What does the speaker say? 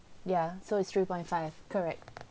ya so it's two point five correct